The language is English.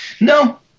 No